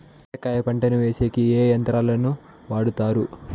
చెనక్కాయ పంటను వేసేకి ఏ యంత్రాలు ను వాడుతారు?